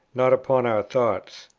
not upon our thoughts.